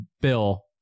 Bill